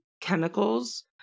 chemicals